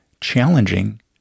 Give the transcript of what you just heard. challenging